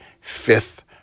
fifth